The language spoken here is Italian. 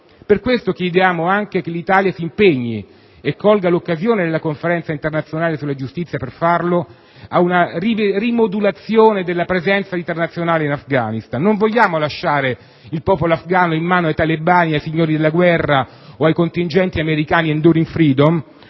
Per tale motivo, chiediamo anche che l'Italia si impegni, e colga l'occasione della Conferenza internazionale sulla giustizia per farlo, in una rimodulazione della presenza internazionale in Afghanistan. Non vogliamo lasciare il popolo afghano in mano ai talebani, ai signori della guerra o ai contingenti americani *Enduring freedom*;